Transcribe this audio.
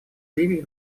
ливии